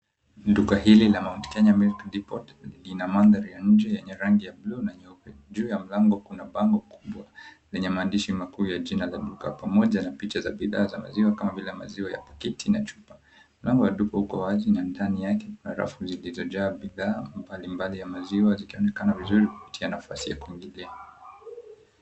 Duka hili la Mount Kenya milk depot lina mandhari ya nje ya rangi ya buluu na nyeupe. Juu ya mlango kuna bango kubwa lenye maandishi makuu ya jina la duka pamoja na picha za bidhaa za maziwa kama vile maziwa ya pakiti na chupa. Mlango wa duka uko wazi na ndani yake kuna rafu zilizojaa bidhaa mbalimbali ya maziwa zikionekana vizuri kupitia nafasi ya kuingilia.